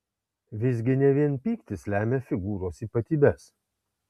visgi ne vien tik pyktis lemia figūros ypatybes